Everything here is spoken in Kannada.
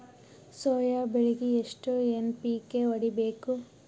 ಸೊಯಾ ಬೆಳಿಗಿ ಎಷ್ಟು ಎನ್.ಪಿ.ಕೆ ಹೊಡಿಬೇಕು?